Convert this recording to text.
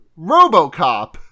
RoboCop